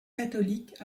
catholiques